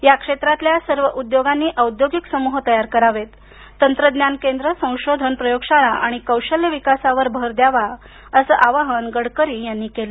या क्षेत्रातल्या सर्व उद्योगांनी औद्यागिक समूह तयार करावेत तंत्रज्ञान केंद्र संशोधन प्रयोगशाळा आणि कौशल्य विकासावर भर द्यावा अस आवाहन गडकरी यांनी केलं